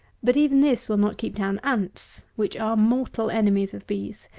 but even this will not keep down ants, which are mortal enemies of bees.